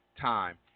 Time